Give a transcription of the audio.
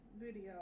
video